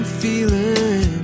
feeling